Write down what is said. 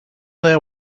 their